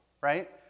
right